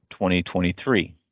2023